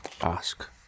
ask